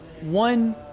one